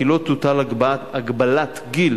כי לא תוטל הגבלת גיל